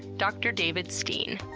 dr. david steen.